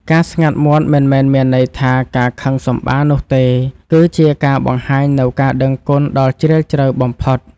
ការស្ងាត់មាត់មិនមែនមានន័យថាការខឹងសម្បារនោះទេ គឺ ជាការបង្ហាញនូវការដឹងគុណដ៏ជ្រាលជ្រៅបំផុត។